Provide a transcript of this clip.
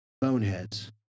boneheads